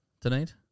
tonight